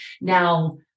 now